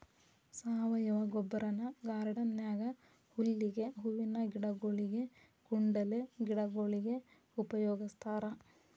ಸಾವಯವ ಗೊಬ್ಬರನ ಗಾರ್ಡನ್ ನ್ಯಾಗ ಹುಲ್ಲಿಗೆ, ಹೂವಿನ ಗಿಡಗೊಳಿಗೆ, ಕುಂಡಲೆ ಗಿಡಗೊಳಿಗೆ ಉಪಯೋಗಸ್ತಾರ